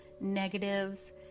negatives